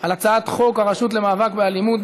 על הצעת חוק הרשות למאבק באלימות,